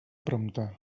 prompte